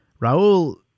Raul